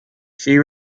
she